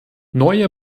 neue